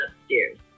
upstairs